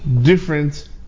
different